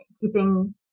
keeping